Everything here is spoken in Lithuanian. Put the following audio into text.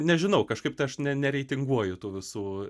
nežinau kažkaip tai aš ne nereitinguoju tų visų